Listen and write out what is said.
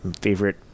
favorite